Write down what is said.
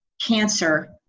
cancer